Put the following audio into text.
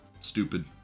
Stupid